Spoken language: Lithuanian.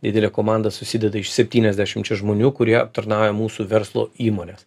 didelė komanda susideda iš septyniasdešimčia žmonių kurie aptarnauja mūsų verslo įmones